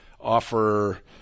offer